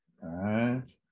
Right